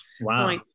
Wow